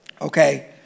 okay